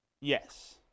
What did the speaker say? Yes